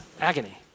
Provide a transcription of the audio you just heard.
agony